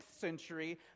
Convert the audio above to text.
century